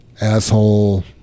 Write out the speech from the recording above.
asshole